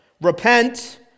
repent